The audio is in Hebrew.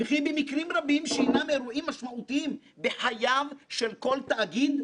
וכי מקרים רבים שהינם אירועים משמעותיים בחייו של כל תאגיד,